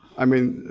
i mean,